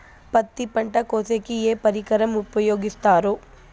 పత్తి పంట కోసేకి ఏ పరికరం ఉపయోగిస్తారు?